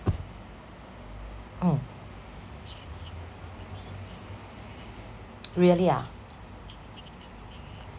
mm really ah